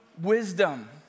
wisdom